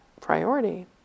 priority